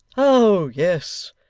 oh yes!